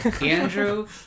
Andrew